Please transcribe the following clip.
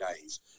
days